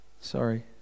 Sorry